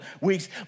weeks